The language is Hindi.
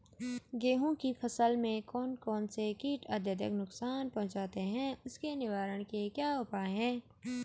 गेहूँ की फसल में कौन कौन से कीट अत्यधिक नुकसान पहुंचाते हैं उसके निवारण के क्या उपाय हैं?